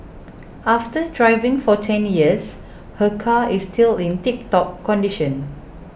after driving for ten years her car is still in tiptop condition